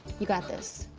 you got this.